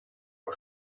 our